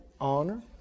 honor